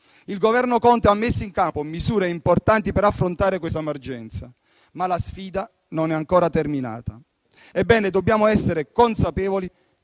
Il Governo Conte ha messo in campo misure importanti per affrontare questa emergenza, ma la sfida non è ancora terminata. Ebbene, dobbiamo essere consapevoli